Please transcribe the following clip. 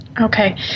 Okay